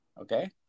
okay